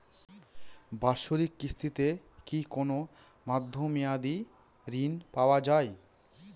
বাৎসরিক কিস্তিতে কি কোন মধ্যমেয়াদি ঋণ পাওয়া যায়?